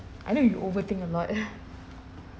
I know you overthink a lot